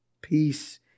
Peace